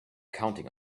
counting